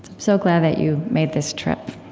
so glad that you made this trip.